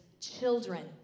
children